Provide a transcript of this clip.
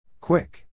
Quick